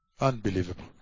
unbelievable